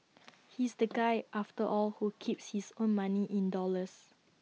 he's the guy after all who keeps his own money in dollars